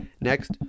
Next